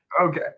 okay